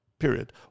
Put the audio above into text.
period